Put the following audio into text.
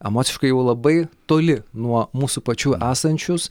emociškai jau labai toli nuo mūsų pačių esančius